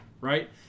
right